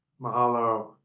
Mahalo